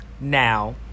now